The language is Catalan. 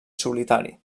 solitari